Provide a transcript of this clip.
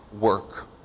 work